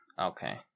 okay